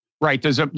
right